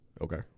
Okay